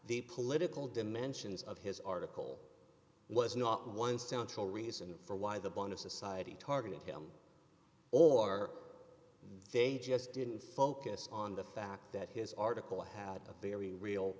the political dimensions of his article was not one's down to a reason for why the bond of society targeted him or they just didn't focus on the fact that his article had a very real